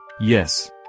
yes